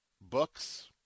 books